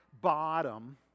bottom